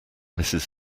mrs